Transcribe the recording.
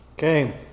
Okay